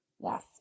Yes